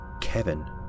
Kevin